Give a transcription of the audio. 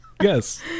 Yes